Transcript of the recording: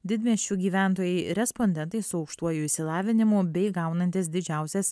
didmiesčių gyventojai respondentai su aukštuoju išsilavinimu bei gaunantys didžiausias